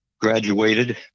graduated